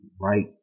right